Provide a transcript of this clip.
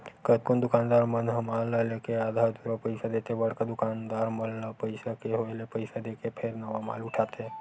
कतकोन दुकानदार मन ह माल ल लेके आधा अधूरा पइसा देथे बड़का दुकानदार मन ल पइसा के होय ले पइसा देके फेर नवा माल उठाथे